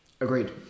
agreed